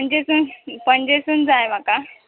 पणजेसून पणजेसून जाय म्हाका